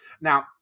now